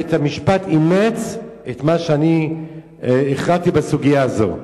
בית-המשפט אימץ את מה שאני הכרעתי בסוגיה הזו.